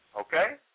Okay